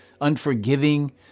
unforgiving